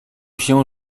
się